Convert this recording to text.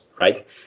right